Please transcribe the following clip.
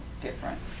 different